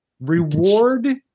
reward